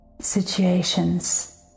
situations